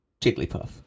Jigglypuff